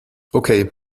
okay